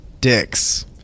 Dicks